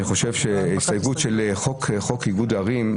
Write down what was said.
אני חושב שההסתייגות של חוק איגוד ערים,